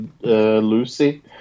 Lucy